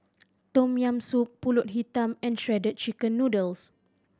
Tom Yam Soup Pulut Hitam and Shredded Chicken Noodles